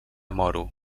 moro